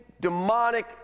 demonic